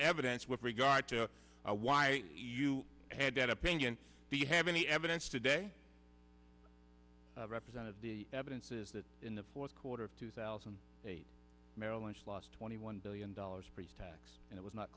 evidence with regard to why you had that opinion the have any evidence today represented the evidence is that in the fourth quarter of two thousand and eight merrill lynch lost twenty one billion dollars pretax and it was not